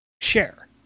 share